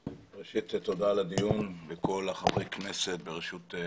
תודה על הדיון, לכל חברי הכנסת בראשותך.